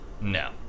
No